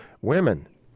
Women